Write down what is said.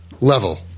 level